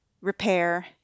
repair